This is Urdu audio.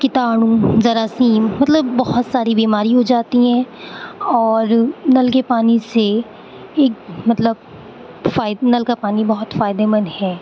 کٹاڑوں جراثیم مطلب بہت ساری بیماری ہو جاتی ہیں اور نل کے پانی سے ایک مطلب نل کا پانی بہت فائدے مند ہے